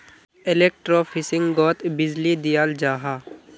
एलेक्ट्रोफिशिंगोत बीजली दियाल जाहा